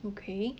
okay